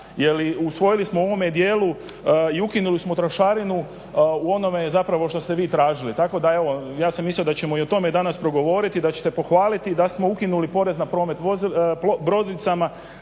jer usvojili smo u ovome dijelu i ukinuli smo trošarinu u onome zapravo što ste vi tražili. Tako da evo, ja sam mislio da ćemo i o tome danas progovoriti, da ćete pohvaliti da smo ukinuli porez na promet brodicama,